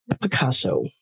Picasso